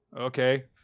Okay